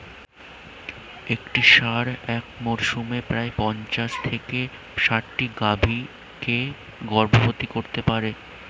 একটি ষাঁড় এক মরসুমে প্রায় পঞ্চাশ থেকে ষাটটি গাভী কে গর্ভবতী করতে পারে